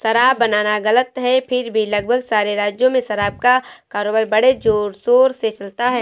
शराब बनाना गलत है फिर भी लगभग सारे राज्यों में शराब का कारोबार बड़े जोरशोर से चलता है